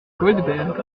goldberg